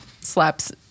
slaps